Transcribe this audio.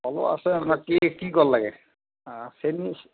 কলো আছে আপোনাক কি কি কল লাগে চেনি